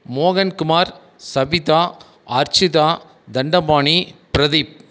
Mohankumar Sabitha Archita Dandapani Pradeep